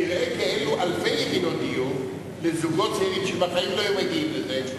תראה אלפי יחידות דיור כאלו לזוגות צעירים שבחיים לא היו מגיעים לזה,